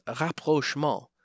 rapprochement